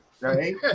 right